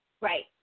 right